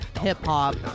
hip-hop